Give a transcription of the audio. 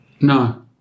No